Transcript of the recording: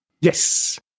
Yes